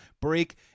break